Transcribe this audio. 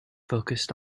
focused